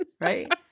right